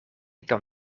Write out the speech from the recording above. kan